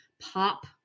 pop